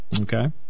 okay